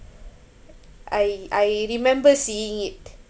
I I remember seeing it